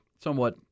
somewhat